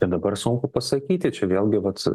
tai dabar sunku pasakyti čia vėlgi vat